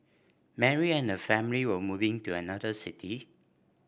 Mary and her family were moving to another city